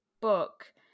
book